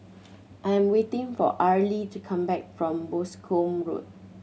I'm waiting for Arlie to come back from Boscombe Road